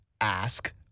ask